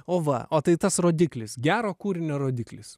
o va o tai tas rodiklis gero kūrinio rodiklis